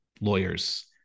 lawyers